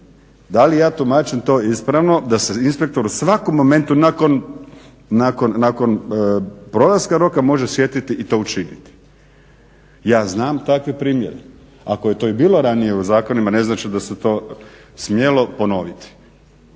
Da li ja tumačim to ispravno, da se inspektoru u svakom momentu nakon prolaska roka može sjetiti i to učiniti. Ja znam takve primjere, ako je to i bilo ranije u zakonima ne znači da su to smjelo ponoviti.